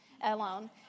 alone